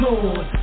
Lord